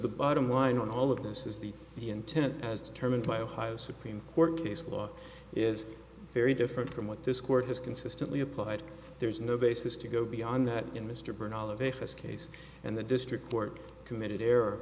the bottom line on all of this is the intent as determined by ohio supreme court case law is very different from what this court has consistently applied there's no basis to go beyond that in mr byrne all of a st case and the district court committed error